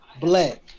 Black